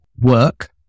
work